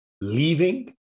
leaving